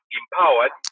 empowered